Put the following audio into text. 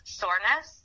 soreness